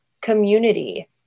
community